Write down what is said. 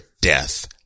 death